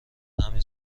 همین